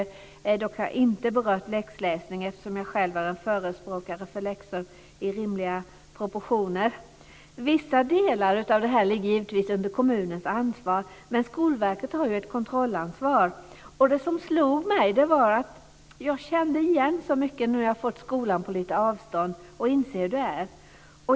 Jag har dock inte berört läxläsning, eftersom jag själv är en förespråkare för läxor i rimliga proportioner. Vissa delar av det här ligger givetvis under kommunens ansvar, men Skolverket har ett kontrollansvar. Det som slog mig var att jag kände igen så mycket nu när jag har fått skolan på lite avstånd och inser hur det är.